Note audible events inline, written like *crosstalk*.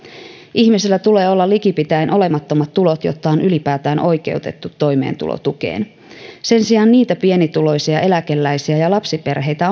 ihmisellä tulee olla likipitäen olemattomat tulot jotta on ylipäätään oikeutettu toimeentulotukeen sen sijaan on valtavasti niitä pienituloisia eläkeläisiä ja lapsiperheitä *unintelligible*